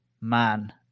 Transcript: man